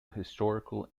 historical